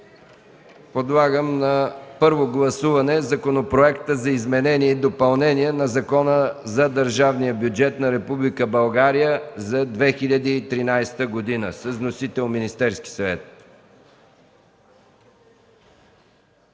подлагам на първо гласуване Законопроекта за изменение и допълнение на Закона за държавния бюджет на Република България за 2013 г. с вносител – Министерският съвет.